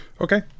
Okay